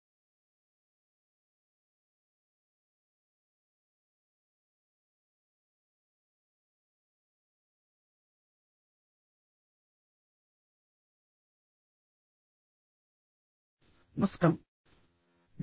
అందరికీ నమస్కారం